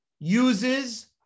uses